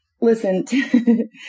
Listen